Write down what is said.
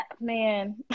Man